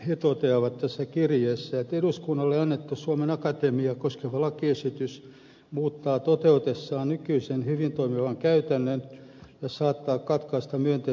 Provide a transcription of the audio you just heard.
he toteavat tässä kirjeessään että eduskunnalle annettu suomen akatemiaa koskeva lakiesitys muuttaa toteutuessaan nykyisen hyvin toimivan käytännön ja saattaa katkaista myönteisen kehityksen